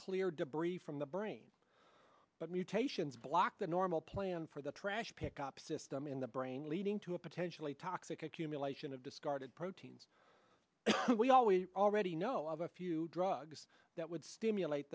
clear debris from the brain but mutations blocked the normal plan for the trash pickup system in the brain leading to a potentially toxic accumulation of discarded proteins we always already know of a few drugs that would stimulate